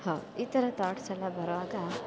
ಹಾಂ ಈ ಥರ ತಾಟ್ಸ್ ಎಲ್ಲ ಬರುವಾಗ